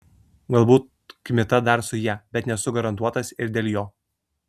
galbūt kmita dar su ja bet nesu garantuotas ir dėl jo